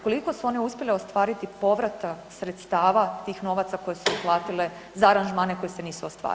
Koliko su one uspjele ostvariti povrata sredstava tih novaca koji su uplatile za aranžmane koji se nisu ostvarili?